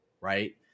right